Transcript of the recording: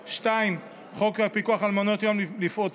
2. חוק הפיקוח על מעונות יום לפעוטות,